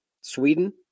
Sweden